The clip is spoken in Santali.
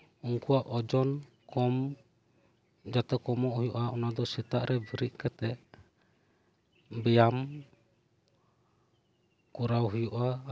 ᱩᱱᱠᱩᱣᱟᱜ ᱳᱡᱳᱱ ᱠᱚᱢ ᱡᱟᱛᱮ ᱠᱚᱢ ᱦᱩᱭᱩᱜᱼᱟ ᱥᱮᱛᱟᱜ ᱨᱮ ᱵᱮᱨᱮᱫ ᱠᱟᱛᱮᱫ ᱵᱮᱭᱟᱢ ᱠᱚᱨᱟᱣ ᱦᱳᱭᱳᱜᱼᱟ